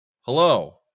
Hello